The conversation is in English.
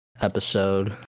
episode